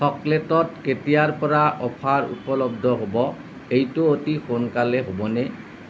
চকলেটত কেতিয়াৰ পৰা অফাৰ উপলব্ধ হ'ব এইটো অতি সোনকালেই হ'বনে